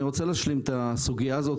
אני רוצה להשלים את התמונה על הסוגייה הזו,